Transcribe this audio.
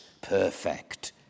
perfect